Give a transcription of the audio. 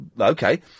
okay